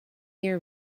year